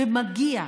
ומגיע,